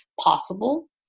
possible